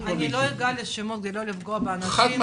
אני לא אומר שמות כדי לא לפגוע באנשים.